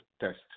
test